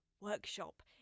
Workshop